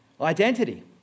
identity